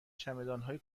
چمدانهای